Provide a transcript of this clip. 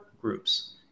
groups